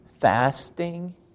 fasting